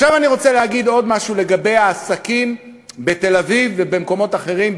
עכשיו אני רוצה להגיד עוד משהו לגבי העסקים בתל-אביב ובמקומות אחרים,